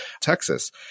Texas